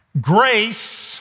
Grace